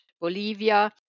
Bolivia